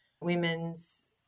Women's